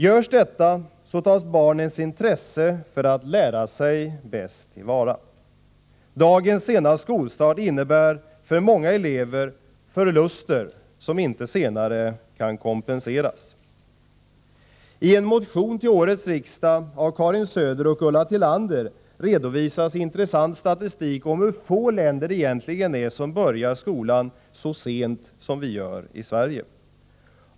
Härigenom tas barnens intresse för att lära bäst till vara. Dagens sena skolstart innebär för många elever förluster som inte senare kan kompenseras. I en motion till årets riksdag av Karin Söder och Ulla Tillander redovisas intressant statistik om i hur få länder som barnen börjar skolan så sent som i Sverige.